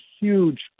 huge